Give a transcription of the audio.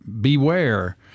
Beware